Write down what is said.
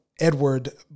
Edward